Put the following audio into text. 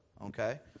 okay